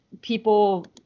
people